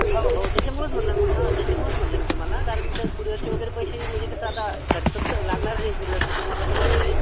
हो हो त्याच्यामुळंच म्हटलं मग हां त्याच्यामुळंच म्हटलं मी तुम्हाला कारण काय कुरिअरचे वगैरे पैसे म्हणजे कसं आता खर्च तसं लागणार म्हणजे कुरिअरचा तुम्हाला तर माहितीच आहे